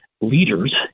leaders